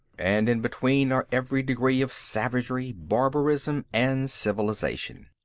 and in between are every degree of savagery, barbarism and civilization.